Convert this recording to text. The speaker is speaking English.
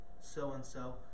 so-and-so